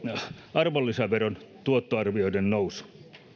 arvonlisäveron tuottoarvioiden nousu